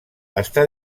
està